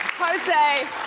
Jose